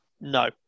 no